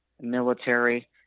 military